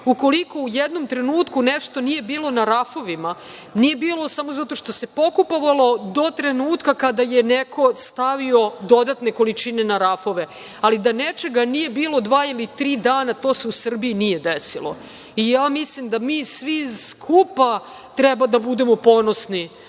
Ukoliko u jednom trenutku nešto nije bilo na rafovima, nije bilo samo zato što se pokupovalo do trenutka kada je neko stavio dodatne količine na rafove. Ali, da nečega nije bilo dva ili tri dana, to se u Srbiji nije desilo. Mislim da mi svi skupa treba da budemo ponosni